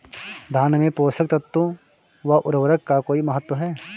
धान में पोषक तत्वों व उर्वरक का कोई महत्व है?